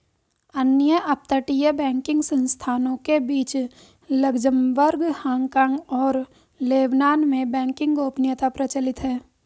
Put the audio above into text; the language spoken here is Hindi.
अन्य अपतटीय बैंकिंग संस्थानों के बीच लक्ज़मबर्ग, हांगकांग और लेबनान में बैंकिंग गोपनीयता प्रचलित है